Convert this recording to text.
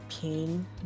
pain